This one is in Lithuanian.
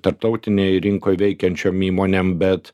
tarptautinėj rinkoj veikiančiom įmonėm bet